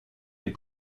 les